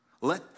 Let